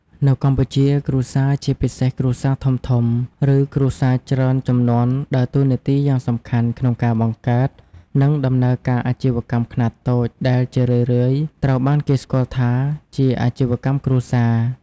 នៅកម្ពុជា គ្រួសារ ជាពិសេសគ្រួសារធំៗ ឬគ្រួសារច្រើនជំនាន់ ដើរតួនាទីយ៉ាងសំខាន់ក្នុងការបង្កើត និងដំណើរការអាជីវកម្មខ្នាតតូច ដែលជារឿយៗត្រូវបានគេស្គាល់ថាជា អាជីវកម្មគ្រួសារ។